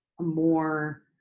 more